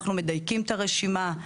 מדייקים את הרשימה.